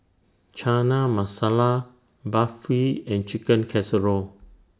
Chana Masala Barfi and Chicken Casserole